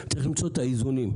צריך למצוא את האיזונים.